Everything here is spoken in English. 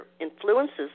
influences